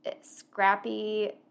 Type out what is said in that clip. scrappy